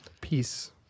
Peace